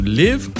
live